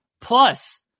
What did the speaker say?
Plus